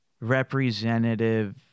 representative